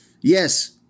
Yes